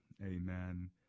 Amen